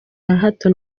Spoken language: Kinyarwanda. hato